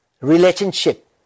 relationship